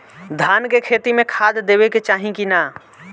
धान के खेती मे खाद देवे के चाही कि ना?